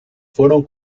fueron